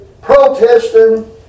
protesting